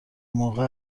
موقع